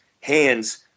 hands